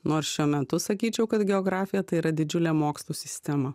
nors šiuo metu sakyčiau kad geografija tai yra didžiulė mokslo sistema